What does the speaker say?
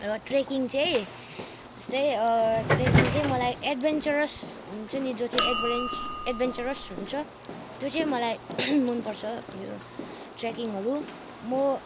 र ट्रेकिङ चाहिँ जस्तै ट्रेकिङ चाहिँ मलाई एडभेन्चरस हुन्छ नि जो चाहिँ एडभेरेन्च एडभेन्चरस हुन्छ त्यो चाहिँ मलाई मनपर्छ यो ट्रेकिङहरू मो